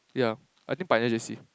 yeah I think Pioneer j_c